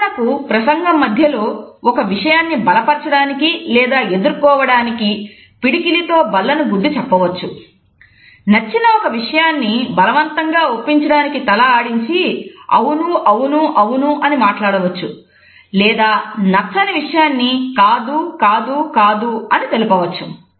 ఉదాహరణకు ప్రసంగం మధ్యలో ఒక విషయాన్ని బలపరచడానికి లేదా ఎదుర్కోవడానికి పిడికిలితో బల్లను గుద్ది చెప్పవచ్చు నచ్చిన ఒక విషయాన్ని బలవంతంగా ఒప్పించడానికి తల ఆడించి "అవును అవును అవును" అని మాట్లాడవచ్చు లేదా నచ్చని విషయాన్ని "కాదు కాదు కాదు" అని తెలుపవచ్చు